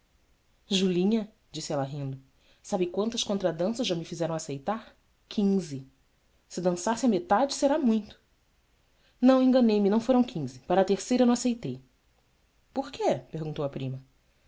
julinha disse ela rindo sabes quantas contradanças já me fizeram aceitar uinze e dançar se a metade será muito ão enganei-me não foram quinze para a terceira não aceitei or quê perguntou a prima